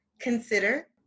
consider